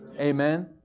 Amen